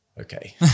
okay